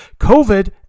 COVID